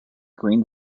green